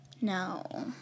No